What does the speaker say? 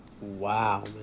wow